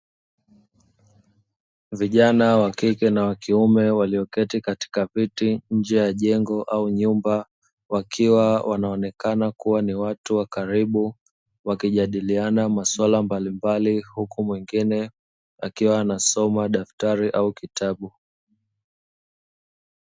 Vijana wa kike na wa kiume walioketi katika viti nje ya jengo au nyumba, wakiwa wanaonekana kuwa ni watu wa karibu wakijadiliana mambo mbalimbali huku mwingine akiwa anasoma daftari au kitabu.